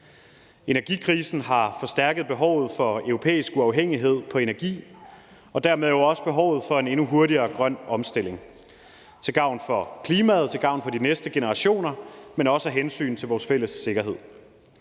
Energikrisen har forstærket behovet for europæisk uafhængighed på energiområdet og dermed også behovet for en endnu hurtigere grøn omstilling til gavn for klimaet, til gavn for de næste generationer, men også af hensyn til vores fælles sikkerhed.